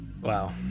wow